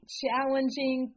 challenging